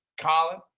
Colin